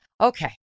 Okay